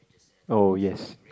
oh yes